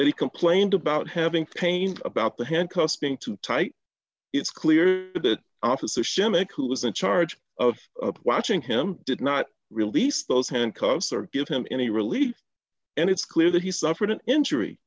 that he complained about having pain about the handcuffs being too tight it's clear that officer shimmy who was in charge of watching him did not release those handcuffs or give him any release and it's clear that he suffered an injury